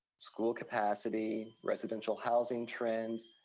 school capacity, residential housing trends,